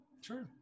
Sure